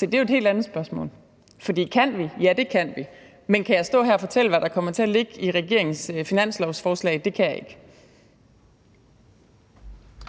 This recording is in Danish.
det er jo et helt andet spørgsmål. For kan vi? Ja, det kan vi. Men kan jeg stå her og fortælle, hvad der kommer til at ligge i regeringens finanslovsforslag? Det kan jeg ikke.